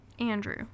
Andrew